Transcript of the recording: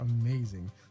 amazing